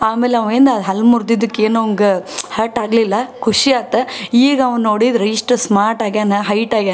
ಆಮೇಲೆ ಅವೇನು ಹಲ್ಲು ಮುರ್ದಿದ್ದಕ್ಕೆ ಏನು ಅವಂಗೆ ಹರ್ಟ್ ಆಗಲಿಲ್ಲ ಖುಷಿ ಆಯ್ತು ಈಗ ಅವನ್ನ ನೋಡಿದ್ರೆ ಇಷ್ಟು ಸ್ಮಾರ್ಟ್ ಆಗ್ಯಾನ ಹೈಟ್ ಆಗ್ಯಾನ